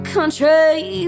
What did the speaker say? Country